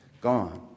Gone